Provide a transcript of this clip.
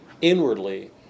inwardly